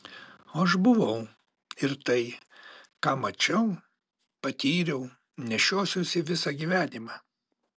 o aš buvau ir tai ką mačiau patyriau nešiosiuosi visą gyvenimą